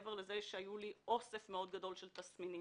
מעבר לזה שהיה לי אוסף גדול מאוד של תסמינים.